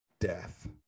death